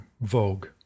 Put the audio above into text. vogue